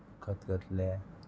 खतखतलें